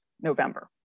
November